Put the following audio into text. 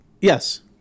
Yes